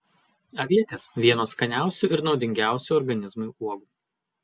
avietės vienos skaniausių ir naudingiausių organizmui uogų